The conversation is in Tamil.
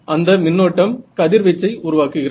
அந்த மின்னோட்டம் கதிர்வீச்சை உருவாக்குகிறது